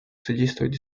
содействовать